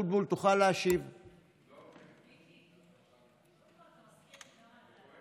יעלה אחר כך וייתן את תשובתו לאותו חבר כנסת שתשובתו בנאום לא מצאה חן